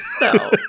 no